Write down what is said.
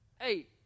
Hey